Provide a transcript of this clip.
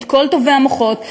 את כל טובי המוחות,